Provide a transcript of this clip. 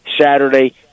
Saturday